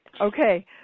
Okay